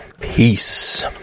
Peace